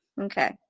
Okay